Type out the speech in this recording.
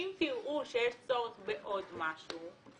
אם תראו שיש צורך בעוד משהו,